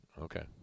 Okay